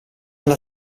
alla